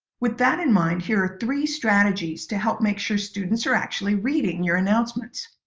with that in mind, here are three strategies to help make sure students are actually reading your announcements.